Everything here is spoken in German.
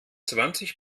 zwanzig